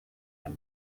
herr